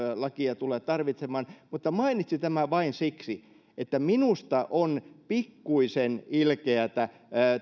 lakia tulee tarvitsemaan mutta mainitsin tämän vain siksi että minusta on pikkuisen ilkeätä